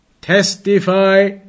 testify